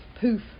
poof